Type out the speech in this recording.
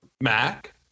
Mac